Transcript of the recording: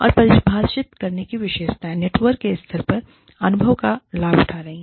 और परिभाषित करने की विशेषताएं नेटवर्क के स्तर पर अनुभव का लाभ उठा रही हैं